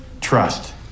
trust